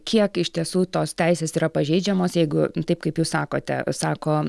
kiek iš tiesų tos teisės yra pažeidžiamos jeigu taip kaip jūs sakote sako